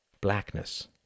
Blackness